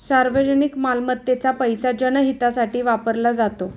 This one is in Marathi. सार्वजनिक मालमत्तेचा पैसा जनहितासाठी वापरला जातो